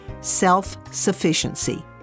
self-sufficiency